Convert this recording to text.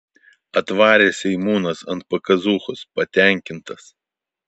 atvarė seimūnas ant pakazūchos patenkintas